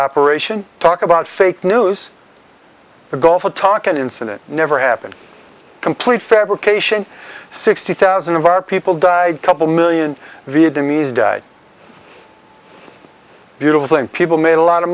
operation talk about fake news the gulf of tonkin incident never happened complete fabrication sixty thousand of our people died couple million vietnamese died beautiful and people made a lot of